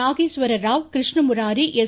Nageswara Rao Krishnamurari S